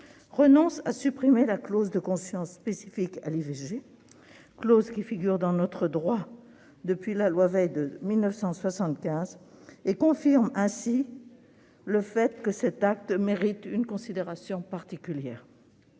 renonce à supprimer la clause de conscience spécifique à l'IVG, clause qui figure dans notre droit depuis la loi Veil de 1975 et confirme ainsi le fait que cet acte mérite une considération particulière